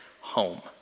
home